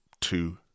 two